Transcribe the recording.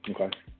Okay